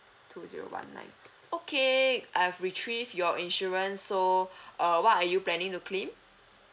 two zero one nine okay I've retrieved your insurance so uh what are you planning to claim